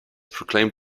proclaimed